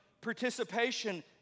participation